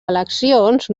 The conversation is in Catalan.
eleccions